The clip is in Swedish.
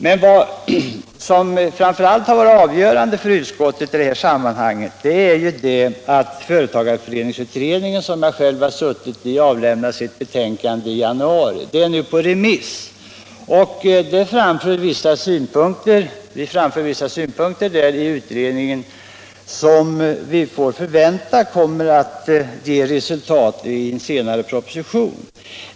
Men vad som framför allt har varit avgörande för utskottsmajoritetens ställningstagande i detta sammanhang är det förhållandet att företagareföreningsutredningen, där jag själv varit ledamot, avlämnade sitt betänkande i januari. Betänkandet är nu ute på remiss. Vi framför i det vissa synpunkter, som vi förväntar kommer att ge resultat i form av en senare proposition.